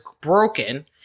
broken